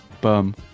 Bum